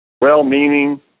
well-meaning